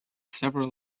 several